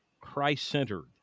Christ-centered